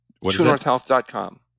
TrueNorthHealth.com